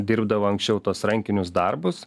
dirbdavo anksčiau tuos rankinius darbus